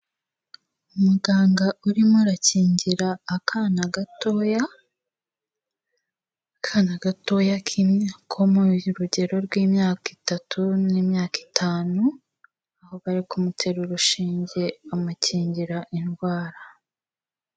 Umuganga urimo urakingira akana gatoya, akana gatoya ko mu rugero rw'imyaka itatu n'imyaka itanu, aho bari kumutera urushinge bamukingira indwara.